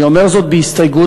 אני אומר זאת בהסתייגות,